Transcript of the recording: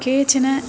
केचन